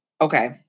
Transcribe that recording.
Okay